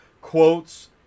quotes